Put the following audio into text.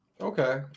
Okay